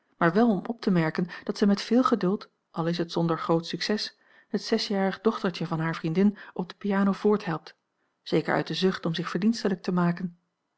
maar wel om op te merken dat zij met veel geduld al is het zonder groot succes het zesjarig dochtertje van hare vriendin op de piano voorthelpt zeker uit de zucht om zich verdienstelijk te maken